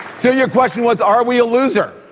so your question was are we a loser?